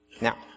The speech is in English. Now